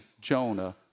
Jonah